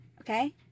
Okay